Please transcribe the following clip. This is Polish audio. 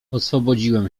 oswobodziłem